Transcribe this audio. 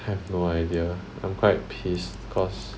I have no idea I'm quite piss cause